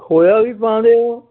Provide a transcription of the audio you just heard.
ਖੋਇਆ ਵੀ ਪਾਉਂਦੇ ਓ